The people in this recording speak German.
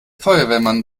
feuerwehrmann